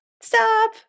stop